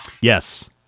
Yes